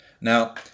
Now